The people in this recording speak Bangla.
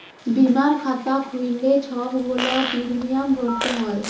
বীমার খাতা খ্যুইল্লে ছব গুলা পিরমিয়াম ভ্যইরতে হ্যয়